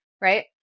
right